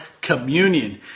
communion